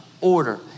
order